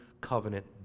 covenant